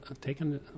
taken